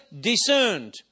discerned